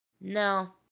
no